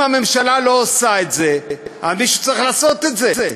אם הממשלה לא עושה את זה, מישהו צריך לעשות את זה.